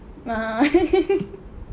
ya